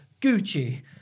Gucci